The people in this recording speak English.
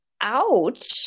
ouch